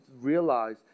realize